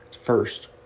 First